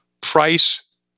price